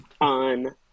on